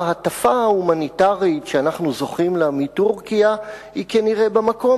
ההטפה ההומניטרית שאנחנו זוכים לה מטורקיה היא כנראה במקום,